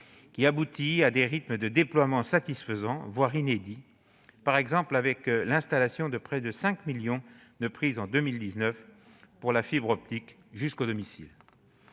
qui aboutit à des rythmes de déploiement satisfaisants, voire inédits, avec par exemple l'installation de près de 5 millions de prises en 2019 pour la fibre optique jusqu'au domicile.